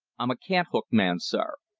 i'm a cant-hook man, sir.